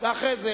כן.